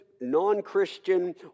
non-Christian